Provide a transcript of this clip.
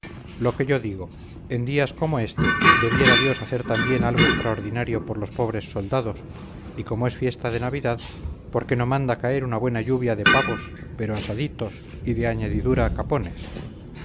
lo que yo digo en días como este debiera dios hacer también algo extraordinario por los pobres soldados y como es fiesta de navidad por qué no manda caer una buena lluvia de pavos pero asaditos y de añadidura capones